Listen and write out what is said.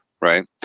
right